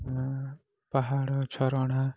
ନା ପାହାଡ଼ ଝରଣା